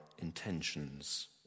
intentions